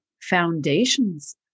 foundations